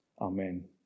Amen